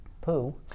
poo